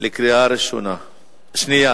בקריאה שנייה.